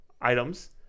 items